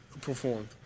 performed